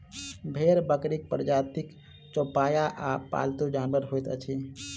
भेंड़ बकरीक प्रजातिक चौपाया आ पालतू जानवर होइत अछि